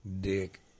dick